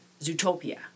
Zootopia